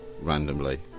randomly